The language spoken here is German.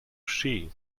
ski